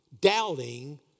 doubting